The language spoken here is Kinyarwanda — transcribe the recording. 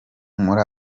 muri